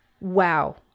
Wow